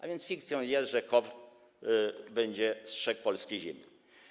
A więc fikcją jest, że KOWR będzie strzegł polskiej ziemi.